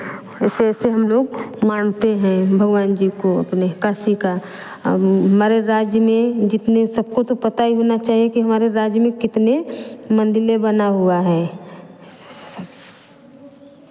ऐसे ऐसे हम लोग मानते हैं भगवान जी को अपने काशी का हमारे राज्य में जितने सबको तो पता ही होना चाहिए कि हमारे राज्य में कितने मंदिर बने हुए हैं